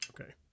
Okay